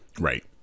right